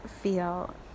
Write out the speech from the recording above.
feel